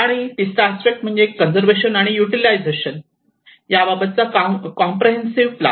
आणि तिसरा अस्पेक्ट म्हणजे कंजर्वेशन आणि यूटिलिझशन याबाबतचा कम्प्रेहेंसिवे प्लान